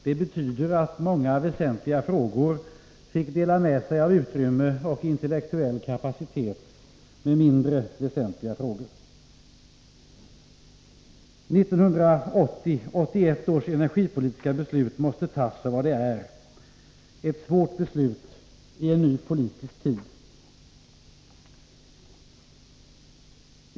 Det betyder att många väsentliga frågor fick dela med sig av utrymme och intellektuell kapacitet till mindre väsentliga frågor. 1981 års energipolitiska beslut måste tas för vad det är: ett svårt beslut i en ny politisk tid.